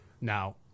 Now